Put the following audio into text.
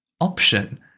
option